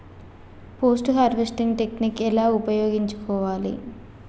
Post harvesting technique ఎలా ఉపయోగించుకోవాలి?